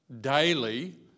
daily